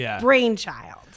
brainchild